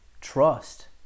trust